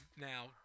now